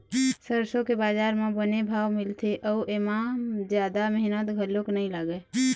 सरसो के बजार म बने भाव मिलथे अउ एमा जादा मेहनत घलोक नइ लागय